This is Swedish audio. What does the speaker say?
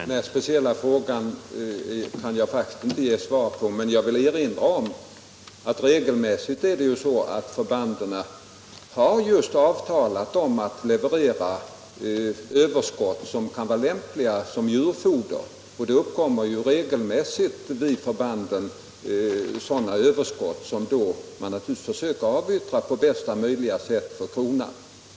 Herr talman! Den speciella fråga som nu ställdes kan jag faktiskt inte ge ett svar på. Men jag vill erinra om att det regelmässigt är så att förbanden har avtalat om att leverera överskott som kan vara lämpliga till djurfoder. Det uppkommer ju ibland vid förbanden sådana överskott, som man då naturligtvis försöker avyttra på bästa möjliga sätt för kronan.